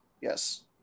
Yes